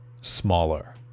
smaller